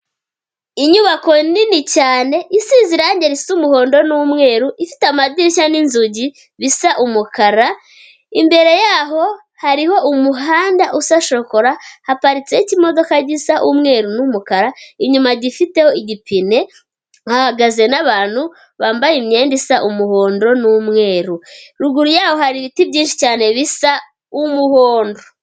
Inyubako nini cyane isize irangi risa umuhondo n'umweru, ifite amadirishya n'inzugi bisa umukara, imbere yaho hariho umuhanda usa shokora, haparitseho ikimodoka gisa umweru n'umukara, inyuma gifiteho igipine, hahagaze n'abantu bambaye imyenda isa umuhondo n'umweru, ruguru yaho hari ibiti byinshi cyane bisa umuhondo.